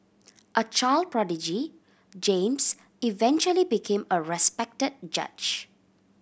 a child prodigy James eventually became a respected judge